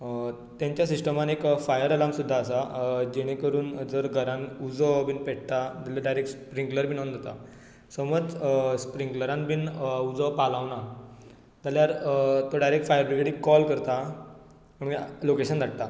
तांच्या सिस्टमान एक फायर अलार्म सुद्दां आसा जेणे करून जर घरान उजो बी पेट्टा जाल्यार डायरेक्ट स्प्रिंक्लर ऑन जाता समज स्प्रिंक्लरान बी उजो पालवना जाल्यार तो डायरेक्ट फायर ब्रिकेटीक कॉल करता आनी लॉकेशन धाडटा